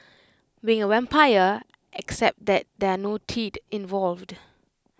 being A vampire except that there are no teeth involved